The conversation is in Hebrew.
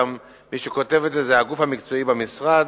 אלא מי שכותב את זה הוא הגוף המקצועי במשרד,